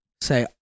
say